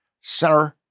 Sir